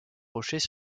rochers